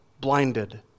blinded